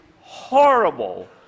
horrible